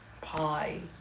pie